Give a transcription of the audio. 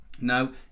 No